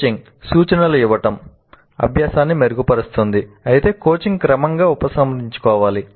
coaching అభ్యాసాన్ని మెరుగుపరుస్తుంది అయితే కోచింగ్ క్రమంగా ఉపసంహరించుకోవాలి